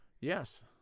Yes